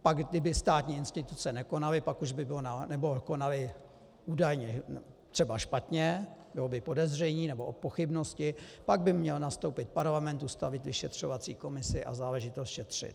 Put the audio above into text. Pak kdyby státní instituce nekonaly nebo konaly údajně třeba špatně, bylo by podezření nebo pochybnosti, pak by měl nastoupit parlament, ustavit vyšetřovací komisi a záležitost šetřit.